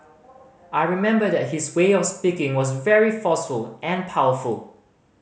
I remember that his way of speaking was very forceful and powerful